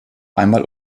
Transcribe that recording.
einmal